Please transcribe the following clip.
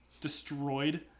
destroyed